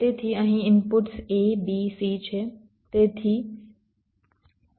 તેથી અહીં inputs a b c છે